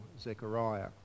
Zechariah